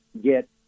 get